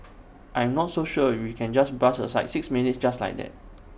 I'm not so sure we can just brush aside six minutes just like that